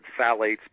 phthalates